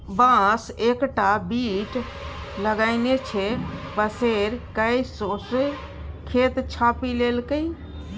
बांस एकटा बीट लगेने छै पसैर कए सौंसे खेत छापि लेलकै